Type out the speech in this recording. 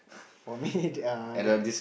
for me uh that's